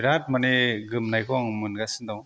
बिराद माने गोमनायखौ आं मोनगासिनो दं